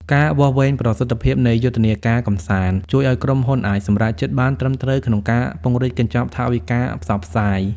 ការវាស់វែងប្រសិទ្ធភាពនៃយុទ្ធនាការកម្សាន្ត ជួយឱ្យក្រុមហ៊ុនអាចសម្រេចចិត្តបានត្រឹមត្រូវក្នុងការពង្រីកកញ្ចប់ថវិកាផ្សព្វផ្សាយ។